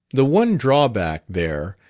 the one drawback, there,